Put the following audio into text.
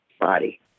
body